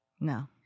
No